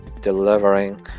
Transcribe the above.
delivering